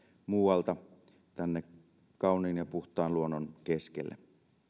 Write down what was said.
muualta tänne kauniin ja puhtaan luonnon keskelle